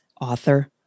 author